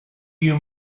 you